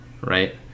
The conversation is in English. right